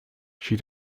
she